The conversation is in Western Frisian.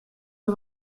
der